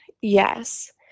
Yes